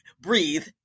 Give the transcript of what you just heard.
breathe